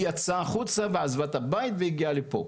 יצאה החוצה ועזבה את הבית והגיעה לפה,